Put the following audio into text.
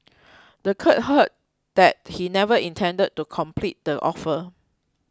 the court heard that he never intended to complete the offer